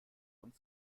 uns